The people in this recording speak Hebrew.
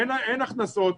אין הכנסות,